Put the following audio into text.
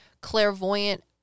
clairvoyant